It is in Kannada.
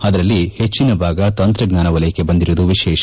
ಅದರಲ್ಲಿ ಪೆಚ್ಚಿನ ಭಾಗ ತಂತ್ರಜ್ಞಾನ ವಲಯಕ್ಕೆ ಬಂದಿರುವುದು ವಿಶೇಷ